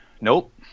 Nope